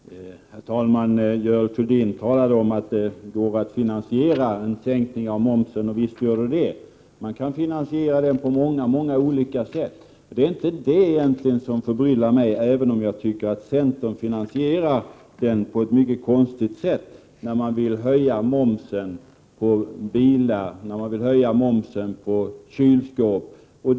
Herr talman! Görel Thurdin talade om att det går att finansiera en sänkning av momsen. Visst går det. Man kan finansiera den på många olika sätt. Det är inte det som egentligen förbryllar mig, även om jag tycker att centern finansierar sänkningen på ett mycket konstigt sätt. Centern vill höja momsen på bilar och på kylskåp.